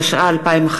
התשע"א 2011,